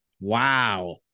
Wow